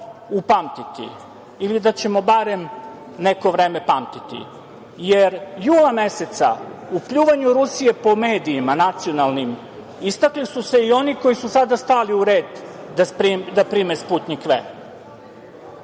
upamtiti ili da ćemo barem neko vreme pamtiti. Jer, jula meseca u pljuvanju Rusije po nacionalnim medijima istakli su se i oni koji su sada stali u red da prime „Sputnjik